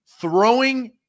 throwing